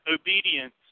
obedience